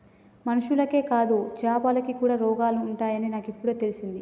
మనుషులకే కాదు చాపలకి కూడా రోగాలు ఉంటాయి అని నాకు ఇపుడే తెలిసింది